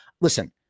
listen